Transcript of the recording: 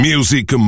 Music